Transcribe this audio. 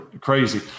crazy